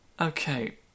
Okay